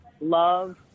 love